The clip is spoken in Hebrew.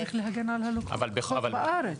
צריך להגן על הלקוחות בארץ.